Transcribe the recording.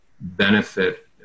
benefit